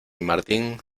martín